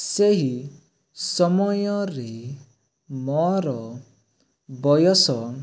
ସେହି ସମୟରେ ମୋର ବୟସ